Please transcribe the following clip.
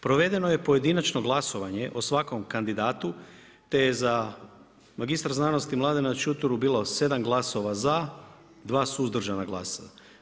Provedeno je pojedinačno glasovanje o svakom kandidatu te je za mr.sc. Mladena Čuturu bilo 7 glasova za, 2 suzdržana glasa.